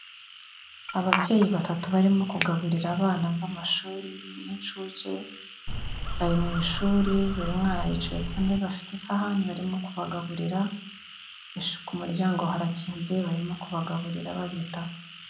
Ababyeyi batatu barimo kugaburira abana b'amashuri y'inshuke. Bari mu ishuri, buri mwana yicaye ku ntebe, bafite amasahani barimo kubagaburira. Ku muryango harakinze barimo kubagaburira babitaho.